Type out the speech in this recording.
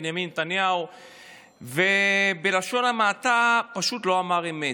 בנימין נתניהו ובלשון המעטה פשוט לא אמר אמת.